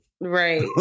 Right